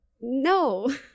no